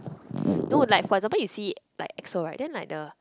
no like for example you see it like EXO right then like the